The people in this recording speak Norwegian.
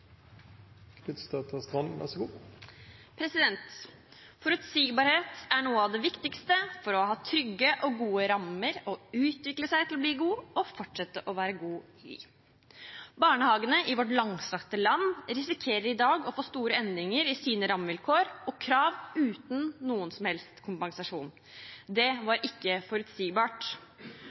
noe av det viktigste for å ha trygge og gode rammer for å utvikle seg til å bli god, og fortsette å være god. Barnehagene i vårt langstrakte land risikerer i dag å få store endringer i sine rammevilkår og krav uten noen som helst kompensasjon. Det var ikke forutsigbart.